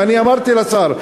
ואני אמרתי לשר,